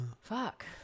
Fuck